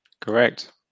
Correct